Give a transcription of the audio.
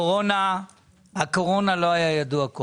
הקורונה לא הייתה ידועה.